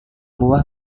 buah